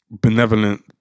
benevolent